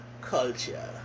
culture